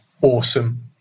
awesome